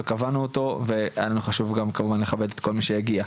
קבענו אותו והיה לנו חשוב גם כמובן לכבד את כל מי שהגיע.